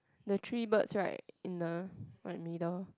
the three birds right in the right middle